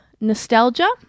nostalgia